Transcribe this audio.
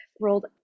rolled